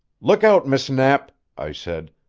look out, miss knapp, i said.